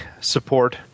support